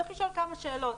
צריך לשאול כמה שאלות.